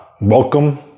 Welcome